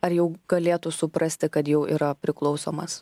ar jau galėtų suprasti kad jau yra priklausomas